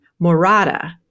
Morada